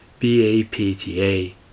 BAPTA